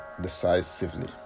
decisively